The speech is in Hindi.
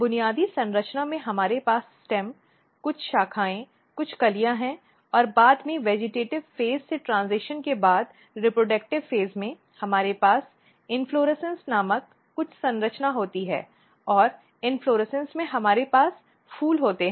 बुनियादी संरचना में हमारे पास स्टेम कुछ शाखाएं कुछ कलियाँ हैं और बाद में वनस्पति चरण से ट्रेन्ज़िशन के बाद प्रजनन चरण में हमारे पास इन्फ्लोरेसन्स नामक कुछ संरचना होती है और इन्फ्लोरेसन्स में हमारे पास फूल होते हैं